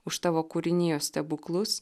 už tavo kūrinijos stebuklus